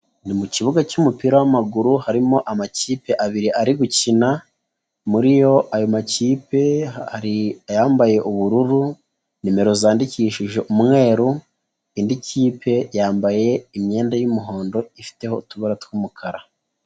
Ni mu kibuga cy'umupira w'amaguru harimo amakipe abiri ari gukina muri yo ayo makipe hari ambaye ubururu, nimero zandikishije umweru, indi kipe yambaye imyenda y'umuhondo, ifiteho utubara tw'umukara.